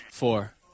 Four